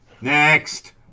Next